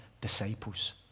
disciples